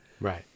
Right